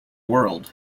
world